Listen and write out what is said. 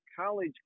college